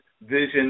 vision